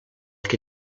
que